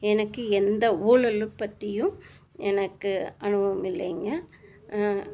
எனக்கு எந்த ஊழல் பற்றியும் எனக்கு அனுபவம் இல்லைங்க